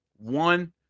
one